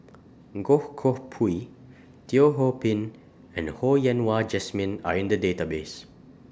Goh Koh Pui Teo Ho Pin and Ho Yen Wah Jesmine Are in The Database